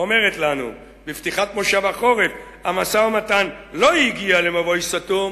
אומרת לנו בפתיחת כנס החורף: המשא-ומתן לא הגיע למבוי סתום,